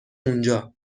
اونجا